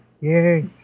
Yay